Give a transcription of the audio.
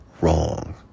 wrong